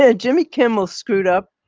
ah jimmy kimmel screwed up.